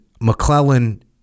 McClellan